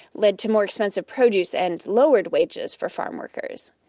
led to more expensive produce and lowered wages for farm workers.